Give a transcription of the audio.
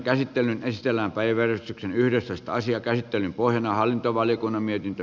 käsittelyn pohjana on hallintovaliokunnan mietintö